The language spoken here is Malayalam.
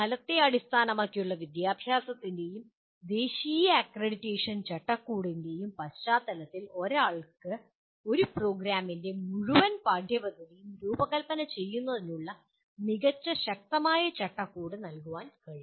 ഫലത്തെ അടിസ്ഥാനമാക്കിയുള്ള വിദ്യാഭ്യാസത്തിൻ്റെയും ദേശീയ അക്രഡിറ്റേഷൻ ചട്ടക്കൂടിൻ്റെയും പശ്ചാത്തലത്തിൽ ഒരാൾക്ക് ഒരു പ്രോഗ്രാമിൻ്റെ മുഴുവൻ പാഠ്യപദ്ധതിയും രൂപകൽപ്പന ചെയ്യുന്നതിനുള്ള മികച്ച ശക്തമായ ചട്ടക്കൂട് നൽകാൻ കഴിയും